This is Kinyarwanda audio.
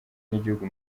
n’igihugu